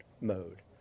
mode